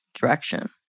direction